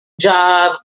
job